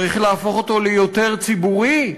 צריך להפוך אותו ליותר ציבורי?